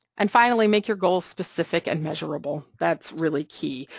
and finally, make your goals specific and measurable, that's really key,